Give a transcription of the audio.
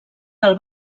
del